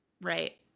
right